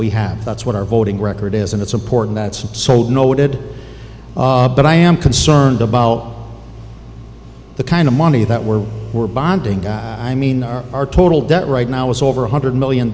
we have that's what our voting record is and it's important that's sold noted but i am concerned about the kind of money that we're we're bonding i mean our total debt right now is over one hundred million